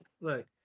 Look